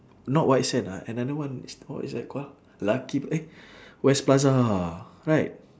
not white sands ah another one is what is that call lucky eh west plaza right